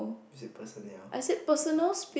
is it personnel